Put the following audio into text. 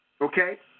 okay